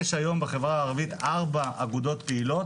יש היום בחברה הערבית ארבע אגודות קהילות